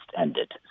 ended